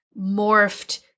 morphed